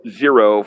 zero